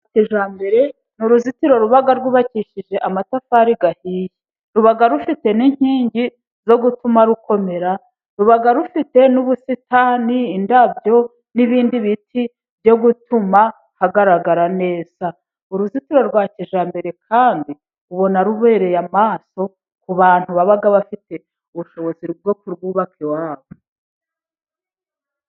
Ni uruzitiro ruba rwubakishije amatafari ahiye, ruba rufite n'inkingi zo gutuma rukomera, ruba rufite n'ubusitani, indabyo n'ibindi biti byo gutuma hagaragara neza, uruzitiro rwa kijyambere kandi ubona rubereye amaso ku bantu baba bafite ubushobozi bwo kurwubaka iwabo.